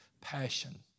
passion